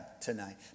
tonight